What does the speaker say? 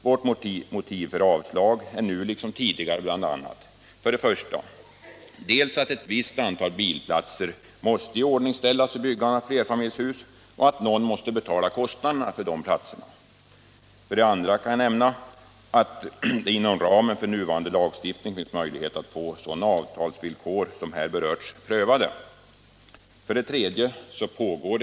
Våra motiv för avslag är nu liksom tidigare följande: 1. Ett visst antal bilplatser måste iordningställas vid byggande av flerfamiljshus, och någon måste betala kostnaderna för dessa. 2. Inom ramen för nuvarande lagstiftning finns det möjligheter att få sådana avtalsvillkor som här berörs prövade. 3.